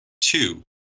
two